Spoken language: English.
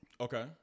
Okay